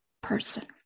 person